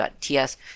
.ts